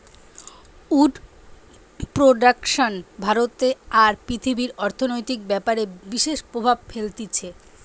would production ভারতে আর পৃথিবীর অর্থনৈতিক ব্যাপারে বিশেষ প্রভাব ফেলতিছে